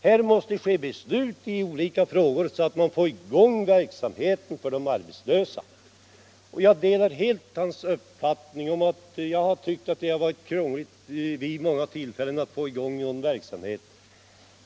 Det måste fattas beslut i olika frågor så att man får i gång verksamhet för de arbetslösa. Jag delar helt hans uppfattning. Jag har vid många tillfällen tyckt att det varit krångligt att få i gång någon verksamhet.